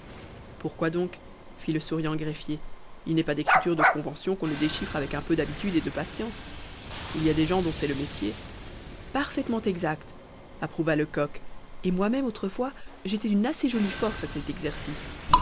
pourquoi donc fit le souriant greffier il n'est pas d'écriture de convention qu'on ne déchiffre avec un peu d'habitude et de patience il y a des gens dont c'est le métier parfaitement exact approuva lecoq et moi-même autrefois j'étais d'une assez jolie force à cet exercice